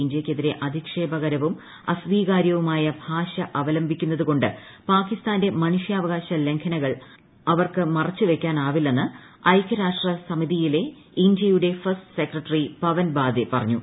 ഇന്ത്യയ്ക്കെതിരെ അധിക്ഷേപകരവും അസ്വീകാര്യവുമായ ഭാഷ അവലംബിക്കുന്നതുകൊണ്ട് പാകിസ്ഥാന്റെ മനുഷ്യാവകാശ ലംഘനങ്ങൾ അവർക്ക് മറച്ചുവയ്ക്കാനാവില്ലെന്ന് ഐക്യരാഷ്ട്രസമിതിയിലെ ഇന്ത്യയുടെ ഫസ്റ്റ് സെക്രട്ടറി പവൻ ബാദ്ദെ പറഞ്ഞു